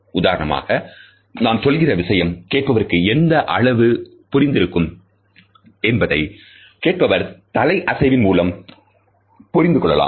உதாரணமாக நாம் சொல்கிற விஷயம் கேட்பவருக்கு எந்த அளவு புரிந்து இருக்கும் என்பதை கேட்பவர் தலை அசைவின் மூலம் புரிந்து கொள்ளலாம்